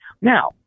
Now